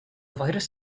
virus